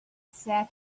sat